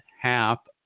half